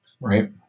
right